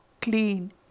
clean